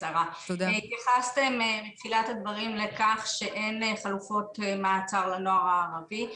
התייחסתם בתחילת הדברים לכך שאין חלופות מעצר לנוער הערבי.